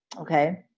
okay